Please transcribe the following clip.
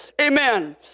amen